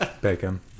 bacon